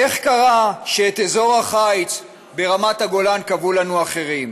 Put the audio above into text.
איך קרה שאת אזור החיץ ברמת הגולן קבעו לנו אחרים?